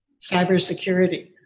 cybersecurity